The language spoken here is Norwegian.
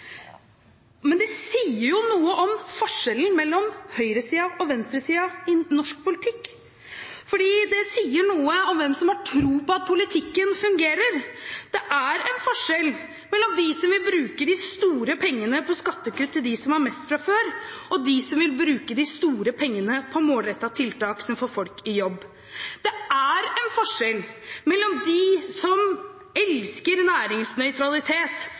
Det sier noe om forskjellen mellom høyresiden og venstresiden i norsk politikk, fordi det sier noe om hvem som har tro på at politikken fungerer. Det er en forskjell mellom dem som vil bruke de store pengene på skattekutt til dem som har mest fra før, og dem som vil bruke de store pengene på målrettede tiltak som får folk i jobb. Det er en forskjell mellom dem som elsker næringsnøytralitet,